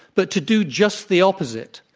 but to do just the opposite,